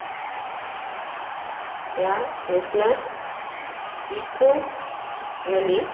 air freshener ᱤᱠᱳ ᱵᱷᱮᱞᱤ